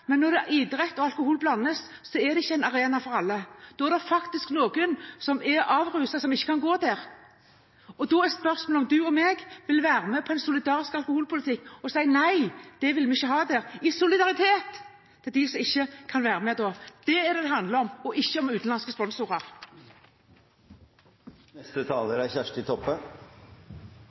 Men når idrett og alkohol blandes, er det ikke en arena for alle. Da er det noen som er avrusa, som ikke kan gå dit. Da er spørsmålet om du og jeg vil være med på en solidarisk alkoholpolitikk og si at nei, det vil vi ikke ha der – i solidaritet med dem som ikke kan være med da. Det er det det handler om, ikke om utenlandske